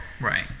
right